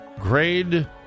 grade